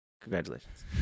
Congratulations